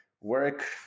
work